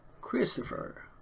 Christopher